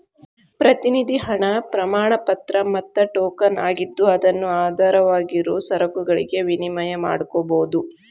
ಪ್ರತಿನಿಧಿ ಹಣ ಪ್ರಮಾಣಪತ್ರ ಮತ್ತ ಟೋಕನ್ ಆಗಿದ್ದು ಅದನ್ನು ಆಧಾರವಾಗಿರುವ ಸರಕುಗಳಿಗೆ ವಿನಿಮಯ ಮಾಡಕೋಬೋದು